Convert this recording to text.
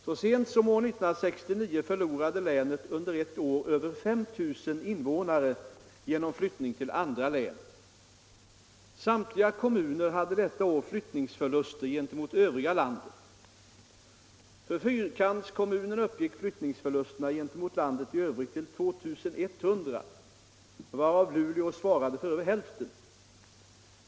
Så sent som år 1969 förlorade länet under ett år över 5 000 invånare genom flyttning till andra län. Samtliga kommuner hade detta år flyttningsförluster gentemot övriga landet. För fyrkantskommunerna uppgick flyttningsförlusterna gentemot landet i övrigt till 2100, varav Luleå svarade för över hälften.